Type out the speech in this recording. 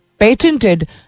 patented